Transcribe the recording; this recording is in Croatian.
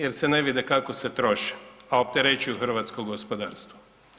Jer se ne vide kako se troše, a opterećuju hrvatsko gospodarstvo.